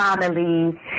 family